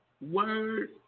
word